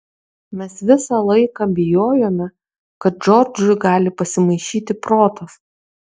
mes visą laiką bijojome kad džordžui gali pasimaišyti protas